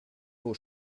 vos